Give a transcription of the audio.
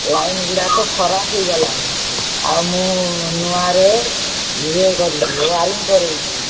ଲାଇନ୍ଗୁଡ଼ାକ ଖରାପ ହୋଇଗଲାଣି ଆଉ ମୁଁ ନୂଆରେ ଇଏ କରିବି ୱାରିଙ୍ଗ୍ କରେଇବି